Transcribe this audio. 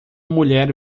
mulher